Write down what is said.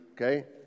Okay